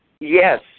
Yes